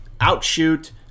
out-shoot